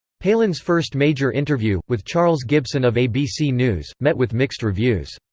palin's first major interview, with charles gibson of abc news, met with mixed reviews.